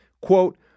quote